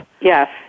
Yes